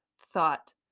thought